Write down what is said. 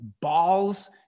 balls